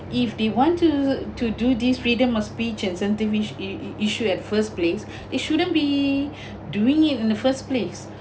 if they wanted to do this freedom of speech and something which i~ i~ i~ issue at first place it shouldn't be doing it in the first place